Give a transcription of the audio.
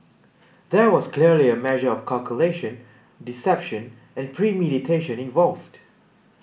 there was clearly a measure of calculation deception and premeditation involved